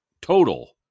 total